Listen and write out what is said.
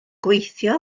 gweithio